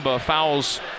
fouls